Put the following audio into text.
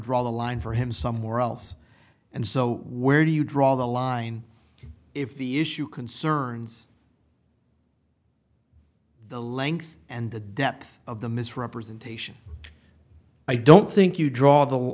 draw the line for him somewhere else and so where do you draw the line if the issue concerns the length and the depth of the misrepresentation i don't think you draw the